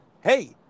Hey